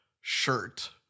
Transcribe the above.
Shirt